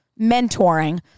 mentoring